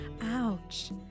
Ouch